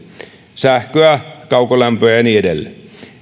sähköä kaukolämpöä ja ja niin edelleen